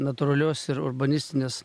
natūralios ir urbanistinės